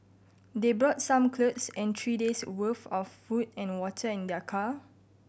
they brought some clothes and three days' worth of food and water in their car